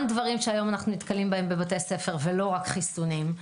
דברים שהיום אנחנו נתקלים בהם בבתי הספר ולא רק חיסונים.